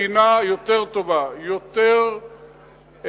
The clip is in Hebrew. מדינה יותר טובה, יותר שומרת